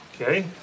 Okay